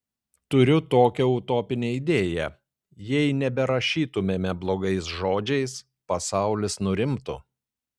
turiu tokią utopinę idėją jei neberašytumėme blogais žodžiais pasaulis nurimtų